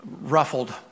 ruffled